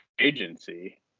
agency